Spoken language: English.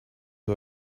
who